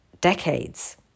decades